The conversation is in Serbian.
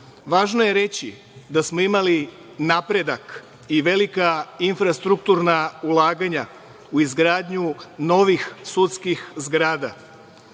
je reći da smo imali napredak i velika infrastrukturna ulaganja u izgradnju novih sudskih zgrada.